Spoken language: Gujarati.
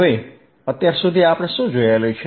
હવે અત્યાર સુધી આપણે શું જોયું છે